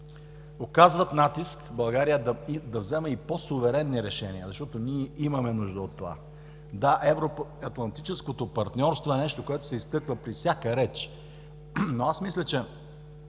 оказват натиск България да взема и по-суверенни решения, защото ние имаме нужда от това. Да, евроатлантическото партньорство е нещо, което се изтъква при всяка реч, но аз мисля, че